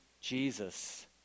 Jesus